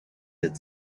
had